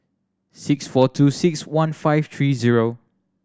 six four two six one five three zero